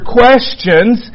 questions